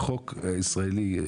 בחוק הישראלי,